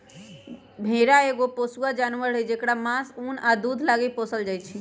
भेड़ा एगो पोसुआ जानवर हई जेकरा मास, उन आ दूध लागी पोसल जाइ छै